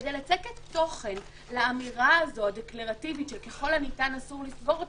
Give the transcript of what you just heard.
וכדי לצקת תוכן לאמירה הזו הדקלרטיבית שככל הניתן אסור לסגור אותם,